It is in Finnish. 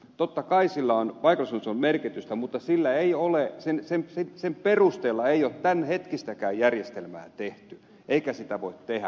totta kai on paikallistuntemuksella merkitystä mutta sillä ei ole sen sai sen perusteella ei ole tämänhetkistäkään järjestelmää tehty eikä sitä voi tehdä